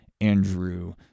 Andrew